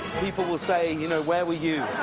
people will say, and you know, where were you.